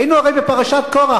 היינו הרי בפרשת קורח,